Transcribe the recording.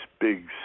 big